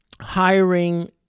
hiring